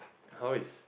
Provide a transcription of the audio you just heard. how is